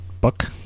book